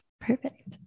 Perfect